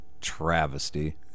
travesty